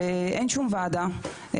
ואין שום ועדה,